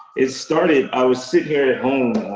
it started i was sitting here at home,